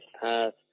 path